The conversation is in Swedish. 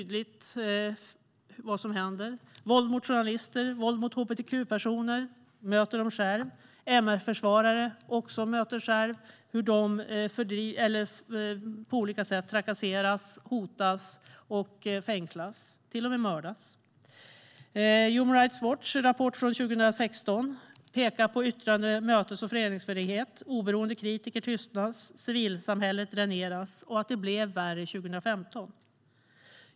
Det är våld mot journalister, våld mot hbtq-personer. MR-försvarare möter själva våld, trakasseras på olika sätt, hotas, fängslas och till och med mördas. Human Rights Watch rapport från 2016 pekar på hot mot yttrande-, mötes och föreningsfrihet. Oberoende kritiker tystas, civilsamhället dräneras, och det blev värre 2015.